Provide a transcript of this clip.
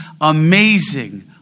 amazing